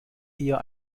eher